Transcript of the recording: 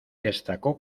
destacó